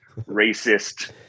racist